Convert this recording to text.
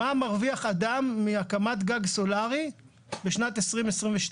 מה מרוויח אדם מהקמת גג סולארי בשנת 2022,